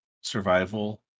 survival